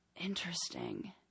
Interesting